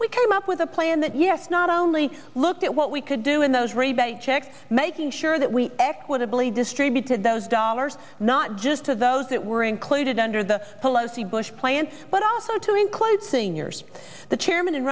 we came up with a plan that yes not only look at what we could do in those rebate making sure that we equitably distributed those dollars not just to those that were included under the pelosi bush plan but also to include seniors the chairman